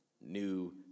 new